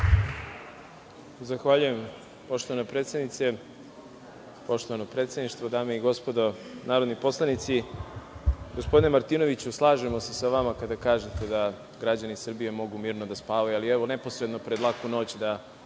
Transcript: Zahvaljujem, poštovana predsednice. Poštovano predsedništvo, dame i gospodo narodni poslanici, gospodine Martinoviću, slažemo se sa vama kada kažete da građani Srbije mogu mirno da spavaju. Ali, evo, neposredno pred laku noć, da